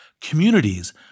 Communities